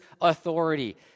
authority